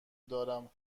دارم